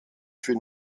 für